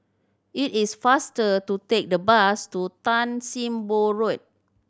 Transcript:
it is faster to take the bus to Tan Sim Boh Road